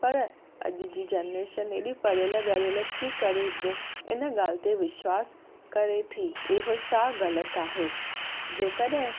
पर अॼ जी जनरेशन एॾी पढ़ियल गढ़ियल थी करे बि इन ॻाल्हि ते विश्वास करे थी इहो सा ग़लति आहे जेकॾहिं